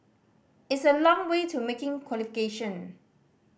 it's a long way to making qualification